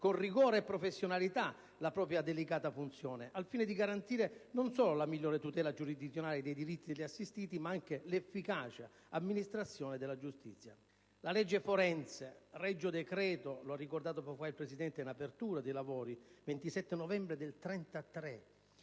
con rigore e professionalità, la propria delicata funzione, al fine di garantire non solo la migliore tutela giurisdizionale dei diritti degli assistiti, ma anche l'efficace amministrazione della giustizia. La legge forense - lo ha ricordato il Presidente poco fa in apertura dei lavori - è un regio